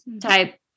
type